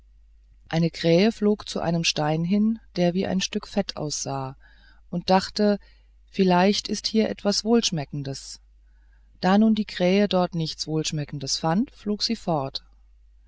eine krähe flog zu einem stein hin der wie ein stück fett aussah und dachte vielleicht ist hier etwas wohlschmeckendes da nun die krähe dort nichts wohlschmeckendes fand flog sie fort